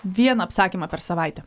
vieną apsakymą per savaitę